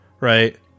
right